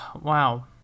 wow